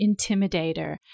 Intimidator